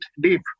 deep